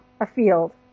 afield